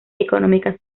económicas